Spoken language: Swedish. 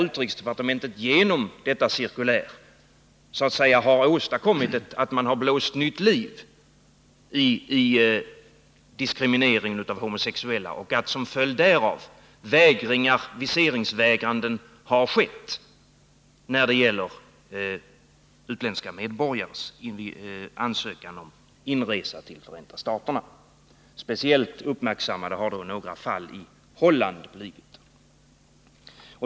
Utrikesdepartementet har genom detta cirkulär åstadkommit att man blåst nytt livi diskrimineringen av homosexuella och att som följd därav viseringsvägranden har skett när det gällt utländska medborgares ansökan om inresa till Förenta staterna. Speciellt uppmärksammade har då några fall i Holland blivit.